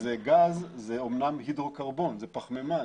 זה גז, זה אומנם הידרוקרבון זו פחמימן